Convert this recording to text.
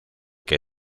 que